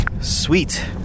sweet